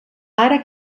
ara